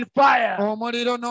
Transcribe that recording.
fire